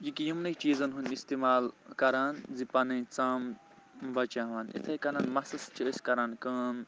یہِ کہِ یمنٕے چیٖزَن ہُنٛد اِستعمال کَران زِ پَنٕنۍ ژَم بَچاوان یِتھٕے کَنَن مَسَس چھِ أسۍ کَران کٲم